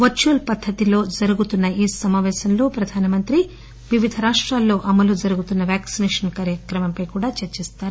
virtual పద్దతిలో జరిగే ఈ సమాపేశంలో ప్రధాని వివిధ రాష్టాలలో అమలు జరుగుతున్న వ్యాక్సినేషన్ కార్యక్రమంపై కూడా చర్చిస్తారు